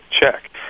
check